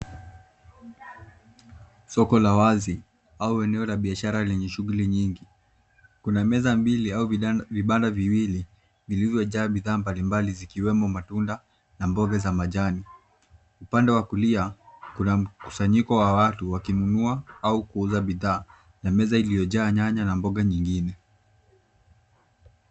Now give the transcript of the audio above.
Soko la wazi au eneo la biashara lenye shughuli nyingi. Kuna meza mbili au vibanda viwili vilivyojaa bidhaa mbalimbali zikiwemo matunda na mboga za majani. Upande wa kulia kuna mkusanyiko wa watu wakinunua au kuuza bidhaa na meza iliyojaa nyanya na mboga nyingine.